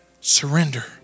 Surrender